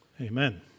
amen